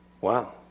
wow